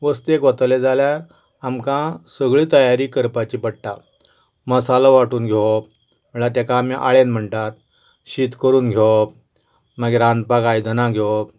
वस्तेक वतलें जाल्यार आमकां सगळींच तयारी करपाची पडटा मसालो वांटून घेवप म्हणल्यार ताका आमी आळेन म्हणटात शीत करून घेवप मागीर रांदपाक आयदनां घेवप